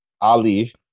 Ali